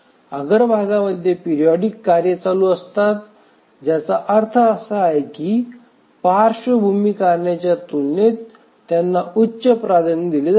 अग्रभागामध्ये periodic कार्ये चालू असतात ज्याचा अर्थ असा की पार्श्वभूमी कार्यांच्या तुलनेत त्यांना उच्च प्राधान्य दिले जाते